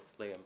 liam